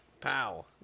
pow